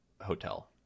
hotel